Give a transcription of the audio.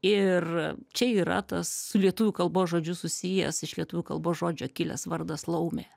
ir čia yra tas su lietuvių kalbos žodžiu susijęs iš lietuvių kalbos žodžio kilęs vardas laumė